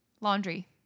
Laundry